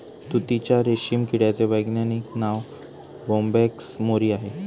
तुतीच्या रेशीम किड्याचे वैज्ञानिक नाव बोंबॅक्स मोरी आहे